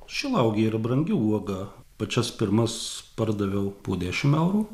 šilauogė yra brangi uoga pačias pirmas pardaviau po dešim eurų